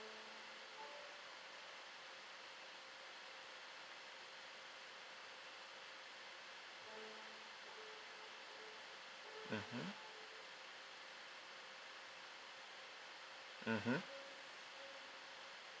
mmhmm mmhmm